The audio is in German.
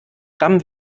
gramm